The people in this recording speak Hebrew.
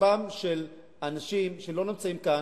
בכספם של אנשים שלא נמצאים כאן,